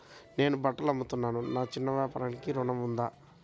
నేను బట్టలు అమ్ముతున్నాను, నా చిన్న వ్యాపారానికి ఋణం ఉందా?